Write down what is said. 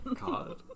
God